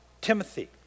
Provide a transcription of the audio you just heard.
Timothy